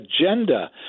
agenda